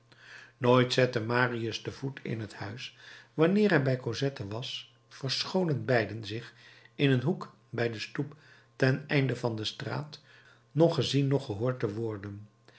nooit zette marius den voet in het huis wanneer hij bij cosette was verscholen beiden zich in een hoek bij de stoep ten einde van de straat noch gezien noch gehoord te worden